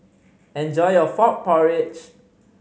enjoy your frog porridge